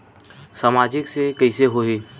सामाजिक से कइसे होही?